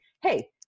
Hey